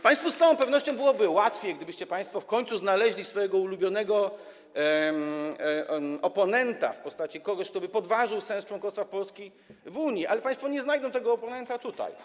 Państwu z całą pewnością byłoby łatwiej, gdybyście państwo w końcu znaleźli swojego ulubionego oponenta w postaci kogoś, kto podważyłby sens członkostwa Polski w Unii, ale państwo nie znajdą tego oponenta tutaj.